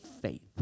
faith